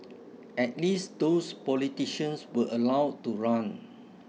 at least those politicians were allowed to run